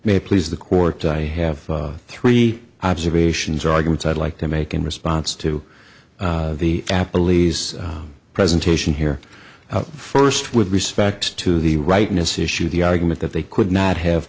may please the court i have three observations arguments i'd like to make in response to the apple lee's presentation here first with respect to the rightness issue the argument that they could not have